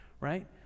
right